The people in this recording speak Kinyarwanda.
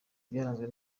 byaranzwe